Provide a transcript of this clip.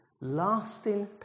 lasting